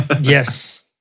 Yes